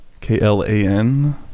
K-L-A-N